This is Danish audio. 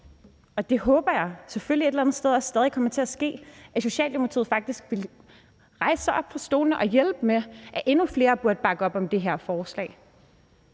og det håber jeg selvfølgelig et eller andet sted også kommer til at ske – at Socialdemokratiet faktisk vil rejse sig op på stolene og hjælpe med, at endnu flere burde bakke op om det her forslag,